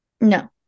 No